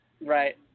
Right